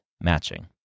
matching